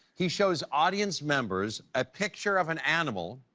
he shows audience members a picture of an animal.